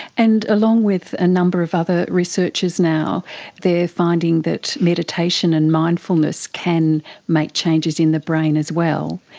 and along with a number of other researchers now they are finding that meditation and mindfulness can make changes in the brain as well,